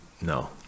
No